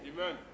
amen